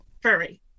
Furry